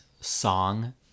song